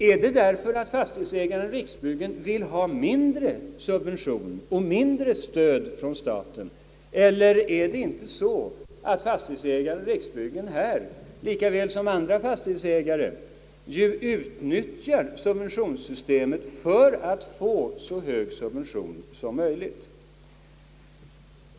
är det så att fastighetsägaren, Riksbyggen, vill ha mindre subvention och mindre stöd från staten eller är det inte så att fastighetsägaren, Riksbyggen, lika väl som andra fastighetsägare utnyttjar subventionssystemet för att få så hög subvention som möjligt?